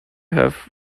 have